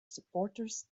supporters